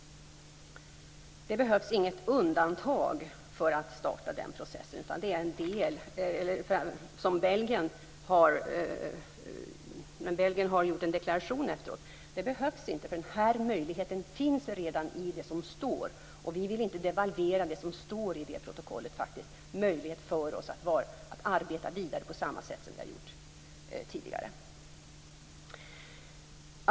Det behövs inget undantag för att starta den processen, som när Belgien har gjort en deklaration efteråt. Det behövs inte. Den här möjligheten finns redan i det som står. Vi vill inte devalvera det som står i protokollet. Det ger möjlighet för oss att arbeta vidare på samma sätt som vi har gjort tidigare.